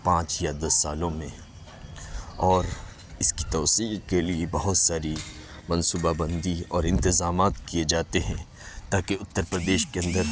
پانچ یا دس سالوں میں اور اس کی توسیع کے لیے بہت ساری منصوبہ بندی اور انتظامات کیے جاتے ہیں تاکہ اتر پردیش کے اندر